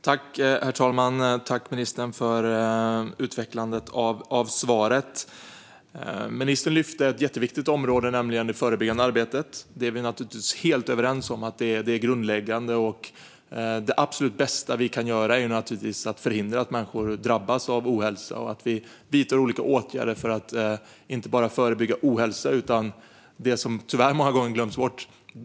Herr talman! Tack, ministern, för utvecklandet av svaret! Ministern lyfter ett jätteviktigt område, nämligen det förebyggande arbetet. Vi är helt överens om att det är grundläggande. Det absolut bästa vi kan göra är naturligtvis att förhindra att människor drabbas av ohälsa och vidta olika åtgärder för att inte bara förebygga ohälsa utan även främja hälsa, vilket tyvärr många gånger glöms bort.